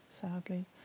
sadly